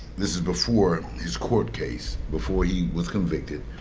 this is before his court case before he was convicted